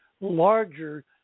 larger